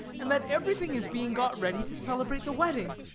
and that everything is being got ready to celebrate the wedding.